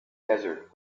desert